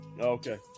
okay